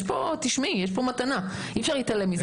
תשמעי יש פה מתנה שאי-אפשר להתעלם ממנה,